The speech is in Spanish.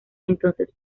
entonces